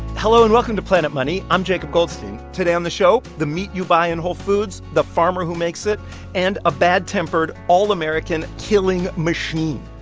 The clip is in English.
hello, and welcome to planet money. i'm jacob goldstein. today on the show, the meat you buy in whole foods, the farmer who makes it and a bad-tempered, all-american killing machine.